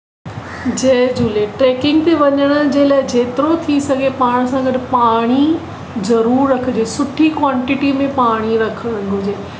जय झूले ट्रेकिंग ते वञण जे लाइ जेतिरो थी सघे पाण सां गॾु पाणी ज़रूरु रखिजे सुठी क्वांटिटी में पाणी रखणु घुरजे